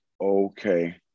okay